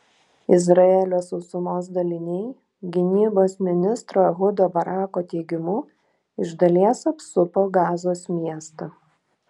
izraelio sausumos daliniai gynybos ministro ehudo barako teigimu iš dalies apsupo gazos miestą